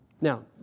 Now